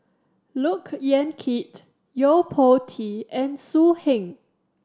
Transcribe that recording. Look Yan Kit Yo Po Tee and So Heng